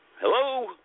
Hello